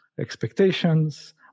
expectations